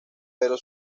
pero